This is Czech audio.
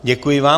Děkuji vám.